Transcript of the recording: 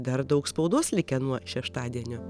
dar daug spaudos likę nuo šeštadienio